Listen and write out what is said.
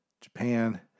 Japan